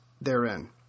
therein